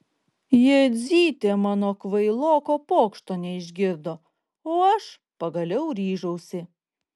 jadzytė mano kvailoko pokšto neišgirdo o aš pagaliau ryžausi